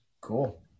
Cool